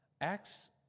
Acts